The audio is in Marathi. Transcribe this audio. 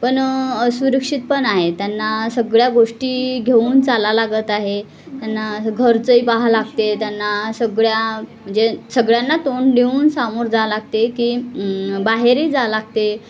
पण असुरक्षित पण आहे त्यांना सगळ्या गोष्टी घेऊन चालावं लागत आहे त्यांना घरचंही पाहावं लागते त्यांना सगळ्या म्हणजे सगळ्यांना तोंड देऊन सामोर जावं लागते की बाहेरही जावं लागते